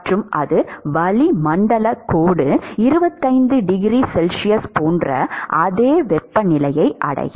மற்றும் அது வளிமண்டலக் கோடு 25 டிகிரி c போன்ற அதே வெப்பநிலையை அடையும்